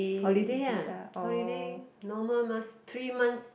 holiday uh holiday normal mah three months